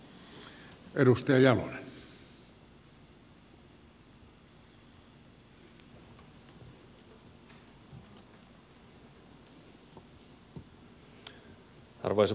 arvoisa puhemies